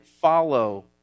follow